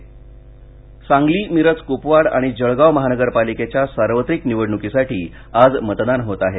निवडणूक सांगली मिरज कुपवाड आणि जळगाव महानगरपालिकेच्या सार्वत्रिक निवडण्कीसाठी आज मतदान होत आहे